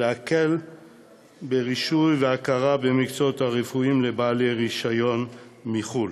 להקל ברישוי ובהכרה במקצועות הרפואיים לבעלי רישיון מחו"ל.